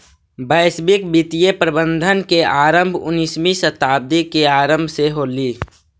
वैश्विक वित्तीय प्रबंधन के आरंभ उन्नीसवीं शताब्दी के आरंभ से होलइ